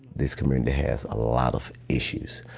this community has a lot of issues,